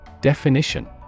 Definition